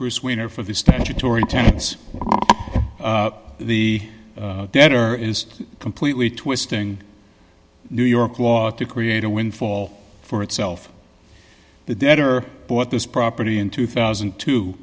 bruce wiener for the statutory tax the debtor is completely twisting new york law to create a windfall for itself the debtor bought this property in two thousand